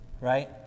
Right